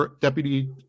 deputy